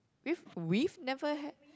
with we've never had